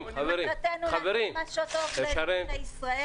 מחובתנו לעשות מה שטוב לאזרחי ישראל,